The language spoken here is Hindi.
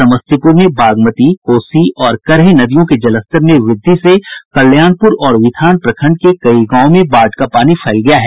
समस्तीपुर में बागमती कोसी और करेह नदियों के जलस्तर में वृद्धि से कल्याणपुर और विथान प्रखंड के कई गांवों में बाढ़ का पानी फैल गया है